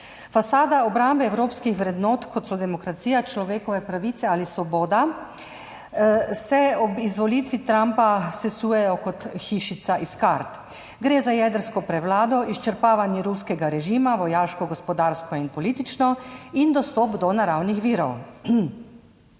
Fasada obrambe evropskih vrednot, kot so demokracija, človekove pravice ali svoboda, se ob izvolitvi Trumpa sesuje kot hišica iz kart. Gre za jedrsko prevlado, izčrpavanje ruskega režima, vojaško, gospodarsko in politično, in dostop do naravnih virov.